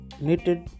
knitted